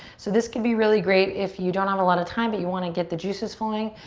so this can be really great if you don't have a lot of time, but you wanna get the juices flowing.